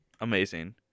amazing